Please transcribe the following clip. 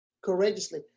Courageously